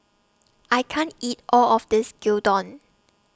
I can't eat All of This Gyudon